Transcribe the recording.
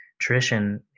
tradition